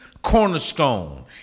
Cornerstone